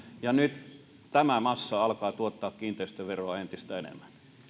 ja nyt tämä massa alkaa tuottaa kiinteistöveroa entistä enemmän